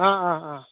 অ অ অ